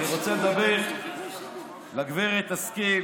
אני רוצה לדבר לגב' השכל,